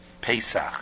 Pesach